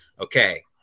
okay